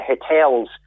hotels